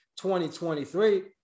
2023